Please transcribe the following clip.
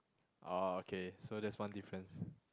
oh okay so that's one difference